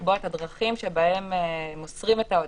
לקבוע את הדרכים שבהן מוסרים את ההודעות,